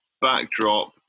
backdrop